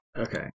Okay